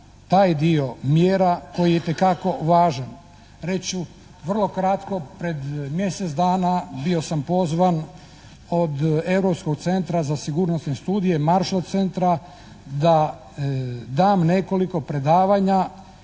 taj dio mjera koji je itekako važan? Reći ću vrlo kratko, pred mjesec dana bio sam pozvan od Europskog centra za sigurnosne studije, Marshall centra da dam nekoliko predavanja